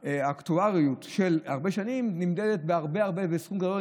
והאקטואריות של הרבה שנים נמדדת בסכום גדול,